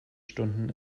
stunden